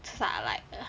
so I like err